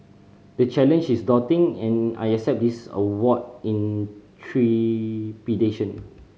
the challenge is daunting and I accept this award in trepidation